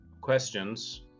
questions